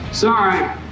Sorry